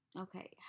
Okay